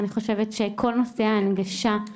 אני חושבת שכל נושא ההנגשה,